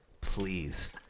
Please